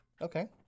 Okay